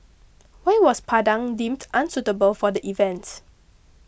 why was Padang deemed unsuitable for the event